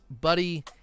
Buddy